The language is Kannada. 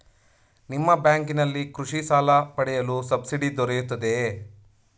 ನಿಮ್ಮ ಬ್ಯಾಂಕಿನಲ್ಲಿ ಕೃಷಿ ಸಾಲ ಪಡೆಯಲು ಸಬ್ಸಿಡಿ ದೊರೆಯುತ್ತದೆಯೇ?